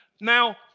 Now